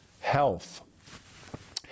health